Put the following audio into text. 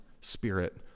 Spirit